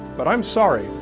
but i'm sorry,